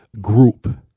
group